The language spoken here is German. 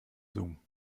zoom